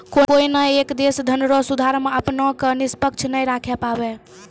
कोनय एक देश धनरो सुधार मे अपना क निष्पक्ष नाय राखै पाबै